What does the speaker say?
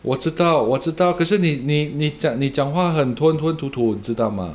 我知道我知道可是你你你讲你讲话很吞吞吐吐知道 mah